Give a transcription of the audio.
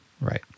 Right